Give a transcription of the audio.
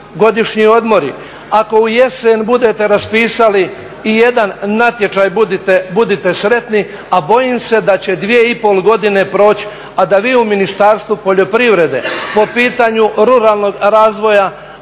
godišnji odmori, ako u jesen budete raspisali ijedan natječaj budite sretni, a bojim se da će 2,5 godine proći, a da vi u Ministarstvu poljoprivrede po pitanju ruralnog razvoja